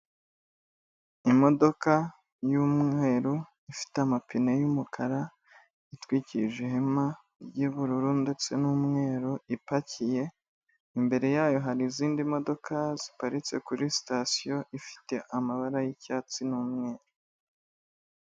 Imodoka y'umweru ifite amapine y'umukara itwikije ihema ry'bururu ndetse n'umweru ipakiye imbere yayo hari izindi modoka ziparitse kuri sitasiyo ifite amabara y'icyatsi n'umweru.